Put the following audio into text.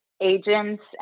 agents